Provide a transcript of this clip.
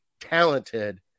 talented